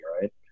right